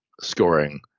scoring